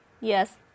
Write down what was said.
Yes